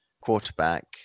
quarterback